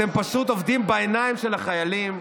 אתם פשוט עובדים בעיניים על החיילים.